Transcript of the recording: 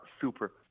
super